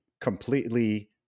completely